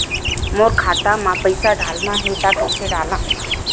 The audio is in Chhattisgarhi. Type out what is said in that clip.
मोर खाता म पईसा डालना हे त कइसे डालव?